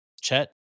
Chet